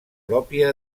pròpia